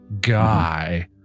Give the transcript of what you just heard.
guy